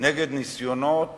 נגד ניסיונות